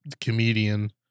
comedian